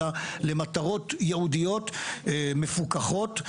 אלא למטרות ייעודיות מפוקחות.